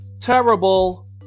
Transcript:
terrible